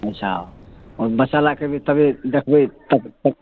अच्छा ओ बच्चा लै कऽ एबै तबे देखबै तब तब